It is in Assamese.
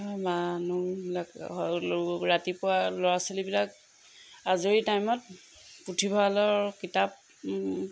মানুহবিলাক ৰাতিপুৱা ল'ৰা ছোৱালীবিলাক আজৰি টাইমত পুথিভঁৰালৰ কিতাপ